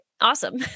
awesome